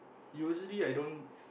usually I don't